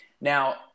Now